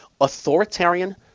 Authoritarian